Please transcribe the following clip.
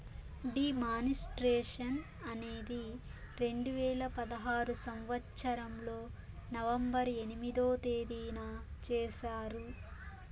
D మానిస్ట్రేషన్ అనేది రెండు వేల పదహారు సంవచ్చరంలో నవంబర్ ఎనిమిదో తేదీన చేశారు